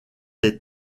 des